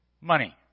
Money